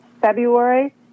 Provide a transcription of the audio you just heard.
February